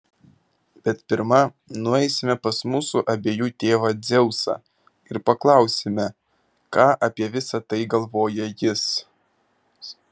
bet pirma nueisime pas mūsų abiejų tėvą dzeusą ir paklausime ką apie visa tai galvoja jis